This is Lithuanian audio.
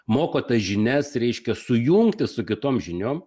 moko tas žinias reiškia sujungti su kitom žiniom